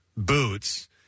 Boots